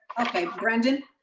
okay, brendan.